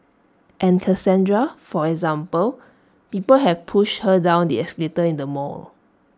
and Cassandra for example people have pushed her down the escalator in the mall